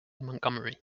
montgomery